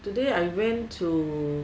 today I went to